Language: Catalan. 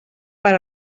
per